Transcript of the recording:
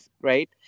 right